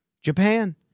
Japan